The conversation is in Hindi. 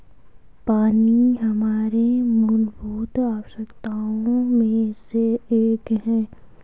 पानी हमारे मूलभूत आवश्यकताओं में से एक है